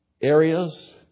areas